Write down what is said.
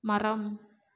மரம்